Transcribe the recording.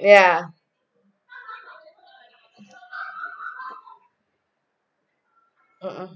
yeah mm